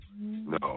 No